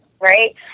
right